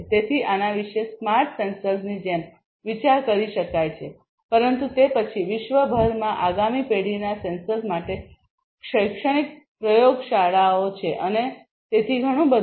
તેથી આના વિશે સ્માર્ટ સેન્સર્સની જેમ વિચાર કરી શકાય છે પરંતુ તે પછી વિશ્વભરમાં આગામી પેઢીના સેન્સર્સ માટે શૈક્ષણિક પ્રયોગશાળાઓ છે અને તેથી વધુ